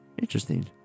Interesting